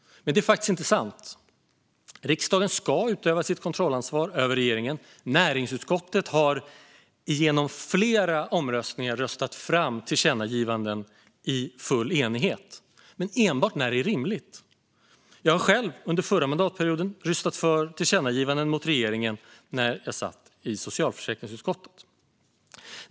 Det är faktiskt inte sant. Riksdagen ska utöva sitt kontrollansvar över regeringen. Näringsutskottet har i flera omröstningar röstat fram tillkännagivanden i full enighet - men enbart när det har varit rimligt. Jag röstade själv under förra mandatperioden för tillkännagivanden till regeringen när jag satt i socialförsäkringsutskottet.